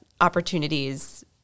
opportunities